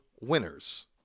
winners